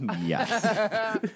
Yes